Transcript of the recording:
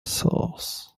source